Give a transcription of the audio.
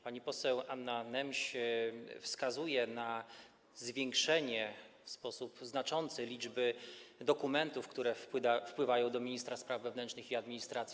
Pani poseł Anna Nemś wskazuje na zwiększenie w sposób znaczący liczby dokumentów, które wpływają do ministra spraw wewnętrznych i administracji.